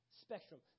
spectrum